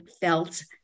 felt